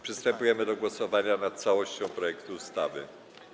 Przystępujemy do głosowania nad całością projektu ustawy.